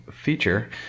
feature